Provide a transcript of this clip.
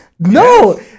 No